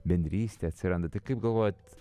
bendrystė atsiranda tai kaip galvojat